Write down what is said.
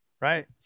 right